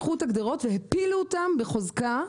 לקחו את הגדרות והפילו אותם בחוזקה,